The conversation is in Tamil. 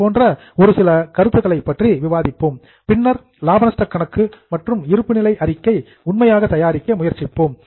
இது போன்ற ஒரு சில கருத்துக்களைப் பற்றி விவாதிப்போம் பின்னர் லாப நஷ்ட கணக்கு மற்றும் இருப்பு நிலை அறிக்கையை உண்மையாக தயாரிக்க முயற்சிப்போம்